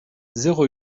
zéro